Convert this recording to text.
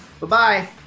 Bye-bye